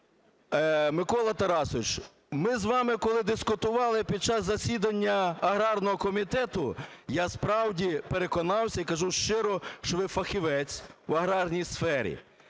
Миколо Тарасовичу, ми з вами коли дискутували під час засідання аграрного комітету, я справді переконався і кажу щиро, що ви фахівець в аграрній сфері